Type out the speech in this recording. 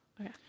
Okay